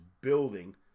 building